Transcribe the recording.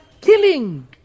killing